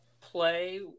play